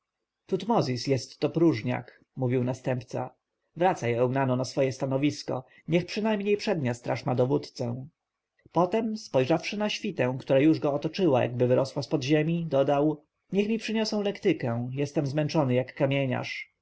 tutmozis jest to próżniak mówił następca wracaj eunano na swoje stanowisko niech przynajmniej przednia straż ma dowódcę potem spojrzawszy na świtę która już go otoczyła jakby wyrosła z pod ziemi dodał niech mi przyniosą lektykę jestem zmęczony jak kamieniarz